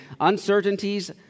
uncertainties